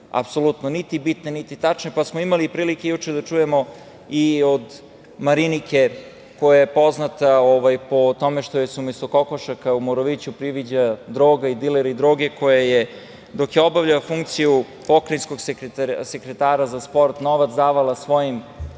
apsolutno niti bitne, niti tačne, pa smo imali prilike juče da čujemo i od Marinike koja je, poznata po tome što joj se umesto kokošaka u Moroviću priviđa droga i dileri droge, dok je obavljala funkciju pokrajinskog sekretara za sport novac davala svojim